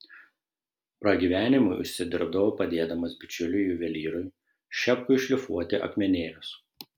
pragyvenimui užsidirbdavau padėdamas bičiuliui juvelyrui šepkui šlifuoti akmenėlius